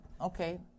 okay